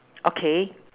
okay